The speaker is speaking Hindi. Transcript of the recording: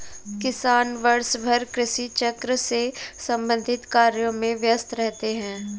किसान वर्षभर कृषि चक्र से संबंधित कार्यों में व्यस्त रहते हैं